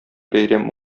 бәйрәм